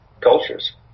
cultures